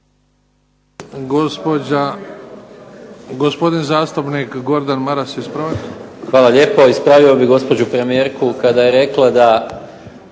Hvala lijepo. Ispravio bih gospođu premijerku kada je rekla da